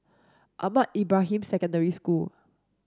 Ahmad Ibrahim Secondary School